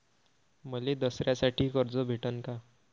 मले दसऱ्यासाठी कर्ज भेटन का?